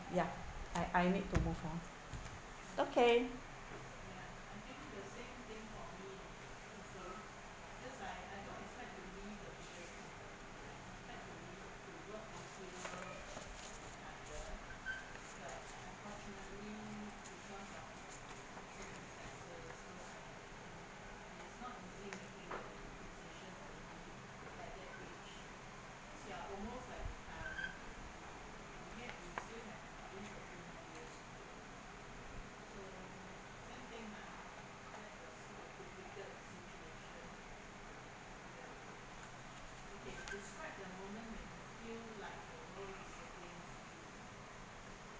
ya I I need to move on